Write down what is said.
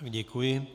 Děkuji.